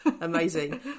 Amazing